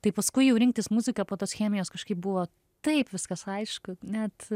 tai paskui jau rinktis muziką po tos chemijos kažkaip buvo taip viskas aišku net